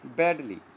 badly